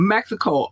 Mexico